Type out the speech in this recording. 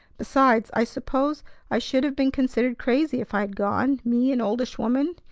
besides, i suppose i should have been considered crazy if i had gone, me, an oldish woman!